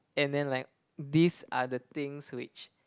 and then like these are the things which